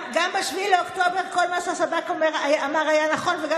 גם ב-7 באוקטובר כל מה ששב"כ אמר היה נכון וגם